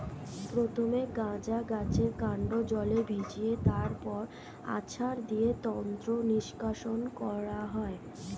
প্রথমে গাঁজা গাছের কান্ড জলে ভিজিয়ে তারপর আছাড় দিয়ে তন্তু নিষ্কাশণ করা হয়